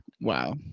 Wow